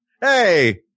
Hey